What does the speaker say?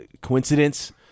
coincidence